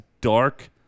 dark